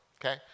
okay